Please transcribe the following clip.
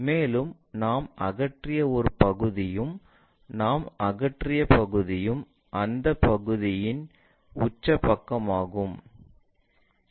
மேலும் நாம் அகற்றிய ஒரு பகுதியும் நாம் அகற்றிய பகுதியும் அந்த பகுதியின் உச்ச பக்கமாகும்